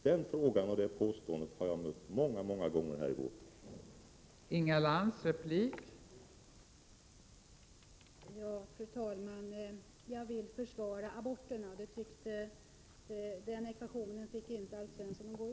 Den frågan eller påståendet har jag mött många 8 juni 1988 EINER vän Befruktning utanför